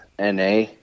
na